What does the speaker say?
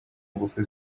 ingufu